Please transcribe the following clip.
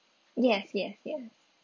yes yes yes